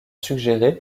suggéré